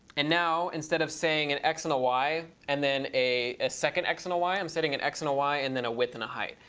and now instead of saying an x and a y and then a a second x and a y, i'm setting an x and y and then a width and a height.